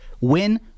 Win